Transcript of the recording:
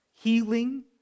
healing